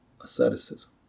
asceticism